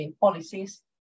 policies